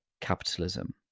capitalism